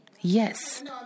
yes